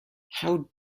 how